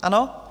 Ano?